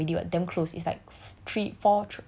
but right now like the date is already what damn close is like